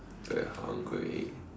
very hungry